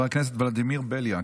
ולדימיר בליאק.